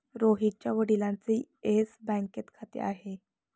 रोहितच्या वडिलांचे येस बँकेत खाते आहे